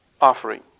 offering